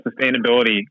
sustainability